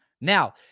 Now